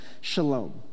shalom